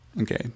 Okay